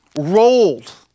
rolled